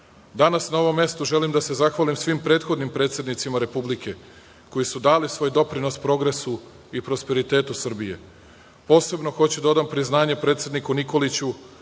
na ovom mestu, želim da se zahvalim svim prethodnim predsednicima Republike, koji su dali svoj doprinos progresu i prosperitetu Srbije. Posebno hoću da odam priznanje predsedniku Nikoliću,